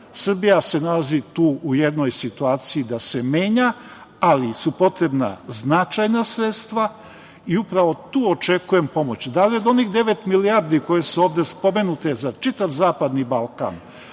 Srbija se nalazi tu u jednoj situaciji da se menja, ali su potrebna značajna sredstva i upravo tu očekujem pomoć. Da li od onih devet milijardi koje su ovde spomenute za čitav Zapadni Balkan?